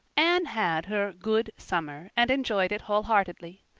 anne had her good summer and enjoyed it wholeheartedly.